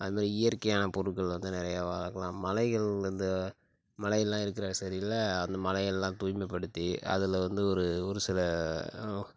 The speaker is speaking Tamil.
அதுமாதிரி இயற்கையான பொருட்கள் வந்து நிறையா வழங்கலாம் மலைகள்லருந்து மலையில்லா இருக்கிற செடியில் அந்த மலையெல்லாம் தூய்மை படுத்தி அதில் வந்து ஒரு ஒரு சில